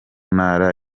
ntara